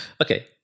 Okay